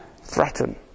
threaten